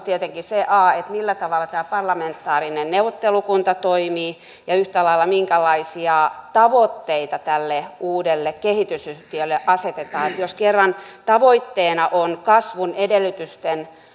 tietenkin se millä tavalla tämä parlamentaarinen neuvottelukunta toimii ja yhtä lailla minkälaisia tavoitteita tälle uudelle kehitysyhtiölle asetetaan jos kerran tavoitteena on kasvun edellytysten